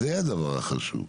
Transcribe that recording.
זה הדבר החשוב.